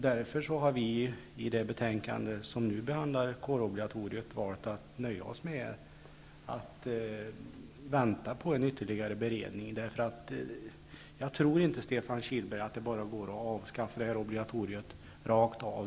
Därför har vi i det betänkande som nu behandlar kårobligatoriet valt att nöja oss med att vänta på en ytterligare beredning. Jag tror nämligen inte, Stefan Kilhlberg, att det går att helt enkelt avskaffa obligatoriet rakt av.